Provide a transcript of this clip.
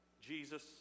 Jesus